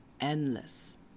endless